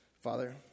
Father